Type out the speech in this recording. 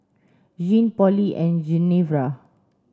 Gene Polly and Genevra